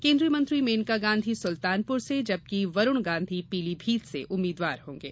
केन्द्रीय मंत्री मेनका गांधी सुल्तानपुर से जबकि वरूण गांधी पीलीभीत से उम्मीदवार होंगे